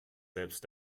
selbst